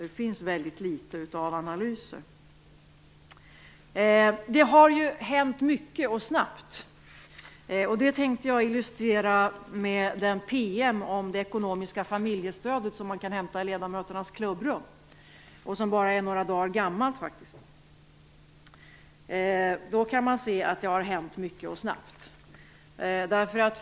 Det finns väldigt litet av analyser. Det har hänt mycket och snabbt. Det tänkte jag illustrera med den PM om det ekonomiska familjestödet som man kan hämta i ledamöternas klubbrum och som bara är några dagar gammal. Där kan man se att det har hänt mycket och snabbt.